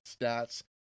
stats